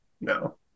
no